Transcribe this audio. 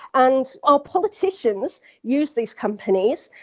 and our politicians use these companies,